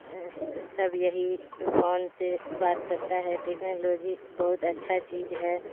سب یہی فون سے بات کرتا ہے ٹیکنالوجی بہت اچھا چیز ہے